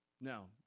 Now